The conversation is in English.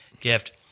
gift